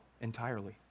entirely